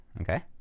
okay